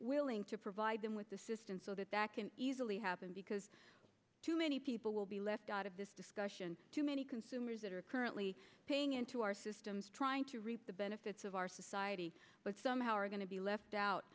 willing to provide them with the system so that that can easily happen because too many people will be left out of this discussion too many consumers that are currently paying into our systems trying to reap the benefits of our society but somehow are going to be left out